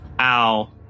Ow